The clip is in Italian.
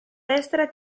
destra